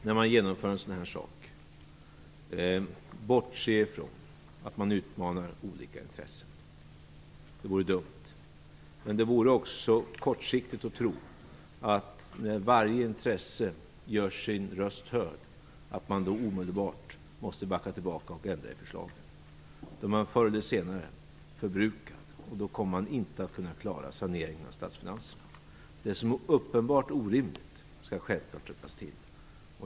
När man genomför en sådan här sak kan man inte bortse från att man utmanar olika intressen; det vore dumt. Det vore också kortsiktigt att tro att man när varje intresse gör sin röst hörd omedelbart måste backa tillbaka och ändra i förslagen. Då är man förr eller senare förbrukad, och då kommer man inte att kunna klara saneringen av statsfinanserna. Det som är uppenbart orimligt skall självklart rättas till.